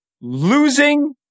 losing